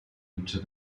into